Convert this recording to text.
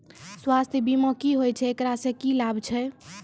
स्वास्थ्य बीमा की होय छै, एकरा से की लाभ छै?